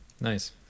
Nice